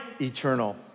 eternal